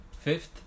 Fifth